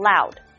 loud